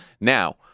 Now